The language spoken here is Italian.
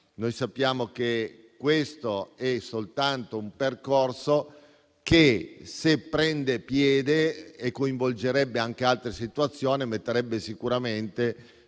Noi sappiamo che questo è un percorso, che, se prendesse piede, coinvolgendo anche altre situazioni, metterebbe sicuramente